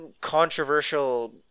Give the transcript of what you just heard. controversial